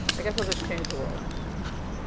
i guess i'll just change the world.